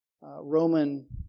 Roman